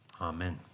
Amen